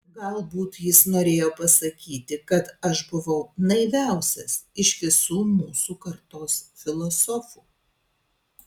galbūt jis norėjo pasakyti kad aš buvau naiviausias iš visų mūsų kartos filosofų